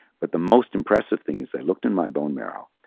but the most impressive thing is they looked in my bone marrow,